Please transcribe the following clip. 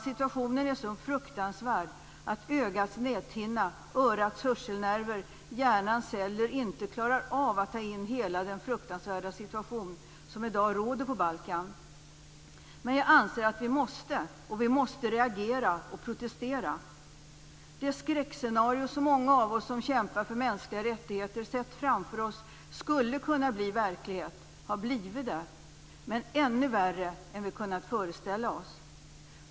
Situationen är så fruktansvärd att ögats näthinna, örats hörselnerver, hjärnas celler inte klarar av att ta in hela den fruktansvärda situation som i dag råder på Balkan. Men jag anser att vi måste, och vi måste reagera och protestera. Det skräckscenario som många av oss som kämpar för mänskliga rättigheter sett framför oss skulle kunna bli verklighet har blivit det. Men det har blivit ännu värre än vad vi hade kunnat föreställa oss.